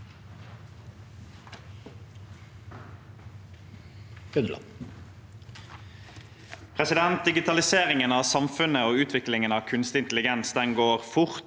Digitalise- ringen av samfunnet og utviklingen av kunstig intelligens går fort,